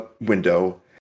window